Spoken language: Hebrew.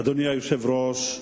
אדוני היושב-ראש,